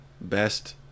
best